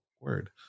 Word